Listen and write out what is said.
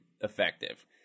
effective